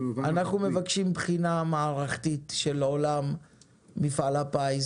אנחנו מבקשים בחינה מערכתית של עולם מפעל הפיס